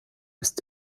ist